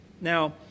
Now